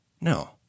No